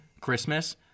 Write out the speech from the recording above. Christmas